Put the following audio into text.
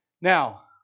Now